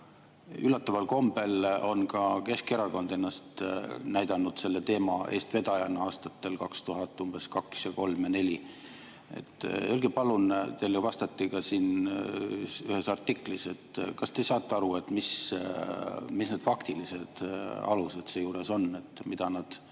Üllataval kombel on ka Keskerakond ennast näidanud selle teema eestvedajana aastatel 2002, 2003 ja 2004. Öelge palun, teile vastati ka siin ühes artiklis, kas te saate aru, mis need faktilised alused seejuures on. Mida nad